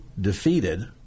defeated